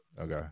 Okay